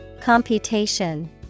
computation